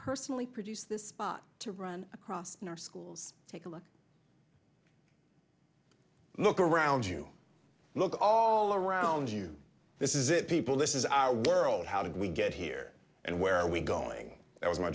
personally produced this spot to run across our schools take a look look around you look all around you this is it people this is our world how did we get here and where are we going it was my